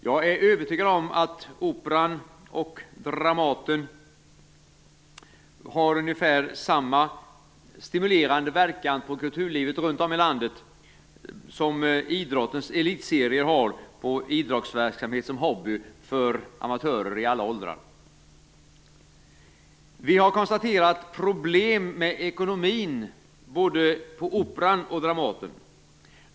Jag är övertygad om att Operan och Dramaten har ungefär samma stimulerande verkan på kulturlivet runt om i landet som idrottens elitserier har på idrottsverksamhet som hobby för amatörer i alla åldrar. Vi har konstaterat att det finns problem med ekonomin på både Operan och Dramaten.